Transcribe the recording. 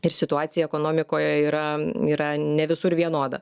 ir situacija ekonomikoje yra yra ne visur vienoda